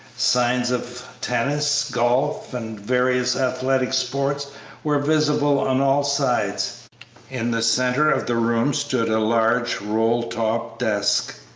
signs of tennis, golf, and various athletic sports were visible on all sides in the centre of the room stood a large roll-top desk,